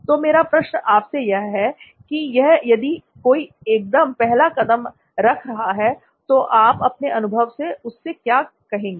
तो मेरा प्रश्न आपसे यह है कि यदि कोई एकदम पहला कदम रख रहा है तो आप अपने अनुभव से उससे क्या कहेंगे